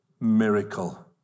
miracle